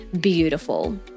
beautiful